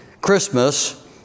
Christmas